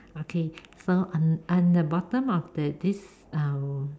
okay so on on the bottom of the this uh